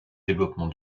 développement